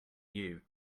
you